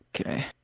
Okay